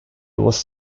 was